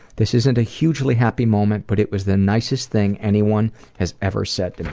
this isn't a hugely happy moment, but it was the nicest thing anyone has ever said to me.